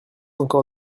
encore